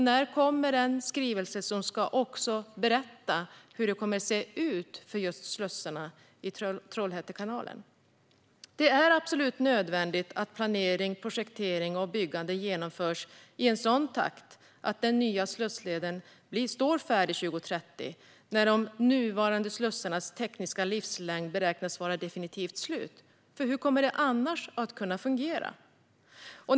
När kommer den skrivelse som ska berätta hur det blir med slussarna i Trollhätte kanal? Det är absolut nödvändigt att planering, projektering och byggande genomförs i en sådan takt att den nya slussleden står färdig 2030 när de nuvarande slussarnas tekniska livslängd beräknas vara definitivt slut. Hur ska det annars kunna fungera?